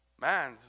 Man